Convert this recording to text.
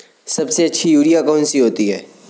सबसे अच्छी यूरिया कौन सी होती है?